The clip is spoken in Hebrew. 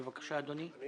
אני